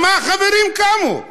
על מה החברים קמו?